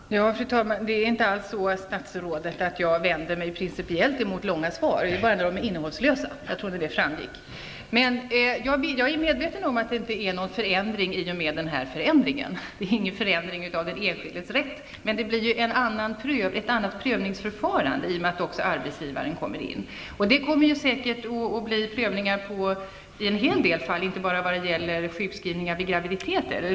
Fru talman! Det är inte alls så att jag vänder mig principiellt mot långa svar, statsrådet, utan det gör jag bara när de är innehållslösa. Jag är medveten om att den här förändringen inte innebär någon förändring av den enskildes rätt. Men det blir ett annat prövningsförfarande i och med att också arbetsgivaren kommer in. Det kommer säkert att bli prövningar i en hel del fall, inte bara vad gäller sjukskrivningar vid graviditet.